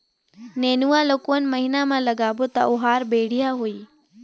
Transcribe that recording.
नेनुआ ला कोन महीना मा लगाबो ता ओहार बेडिया होही?